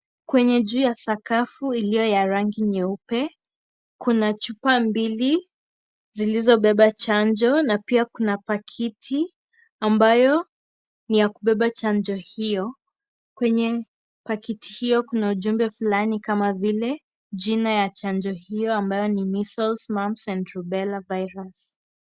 Kwenye njia sakafu iliyo ya rangi nyeupe, kuna chupa mbili zilizobeba chanjo na pia kuna pakiti ambayo ni ya kubeba chanjo hiyo. Kwenye pakiti hiyo kuna ujumbe fulani kama vile jina ya ya chanjo hiyo ambayo ni "Measles, Mumps and Rubella virus ".